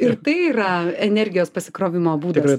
ir tai yra energijos pasikrovimo būdas